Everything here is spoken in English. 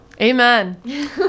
Amen